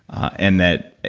and that